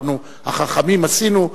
אנחנו החכמים עשינו,